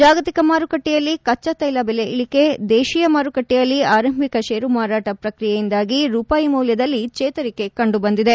ಜಾಗತಿಕ ಮಾರುಕಟ್ಟಿಯಲ್ಲಿ ಕಚ್ಚಾತ್ಯೆಲ ಬೆಲೆ ಇಳಿಕೆ ದೇಶೀಯ ಮಾರುಕಟ್ಟಿಯಲ್ಲಿ ಆರಂಭಿಕ ಷೇರು ಮಾರಾಟ ಪ್ರಕ್ರಿಯೆಯಿಂದಾಗಿ ರೂಪಾಯಿ ಮೌಲ್ಯದಲ್ಲಿ ಚೇತರಿಕೆ ಕಂಡುಬಂದಿದೆ